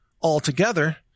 altogether